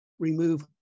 remove